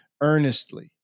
earnestly